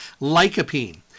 Lycopene